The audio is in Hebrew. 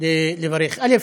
כדי לברך: א.